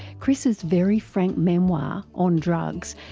chris's very frank memoir, on drugs,